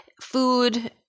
Food